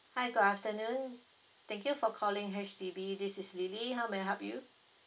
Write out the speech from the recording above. hi good afternoon thank you for calling H_D_B this is lily how may I help you